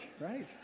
right